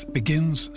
begins